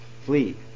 Flee